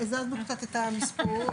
הזזנו קצת את המספור.